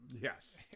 Yes